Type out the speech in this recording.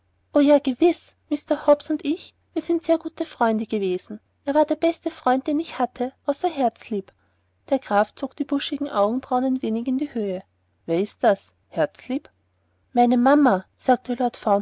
o ja gewiß mr hobbs und ich wir sind sehr gute freunde gewesen er war der beste freund den ich hatte außer herzlieb der graf zog die buschigen augenbrauen ein wenig in die höhe wer ist das herzlieb meine mama sagte lord